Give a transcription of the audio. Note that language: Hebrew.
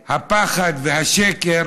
הפחד, והשקר